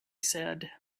said